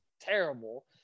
terrible